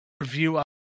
review